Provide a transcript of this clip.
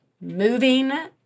moving